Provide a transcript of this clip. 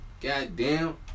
goddamn